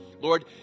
Lord